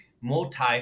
multi